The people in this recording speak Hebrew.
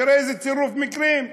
תראה איזה צירוף מקרים,